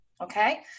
okay